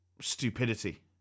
stupidity